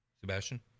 Sebastian